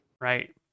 right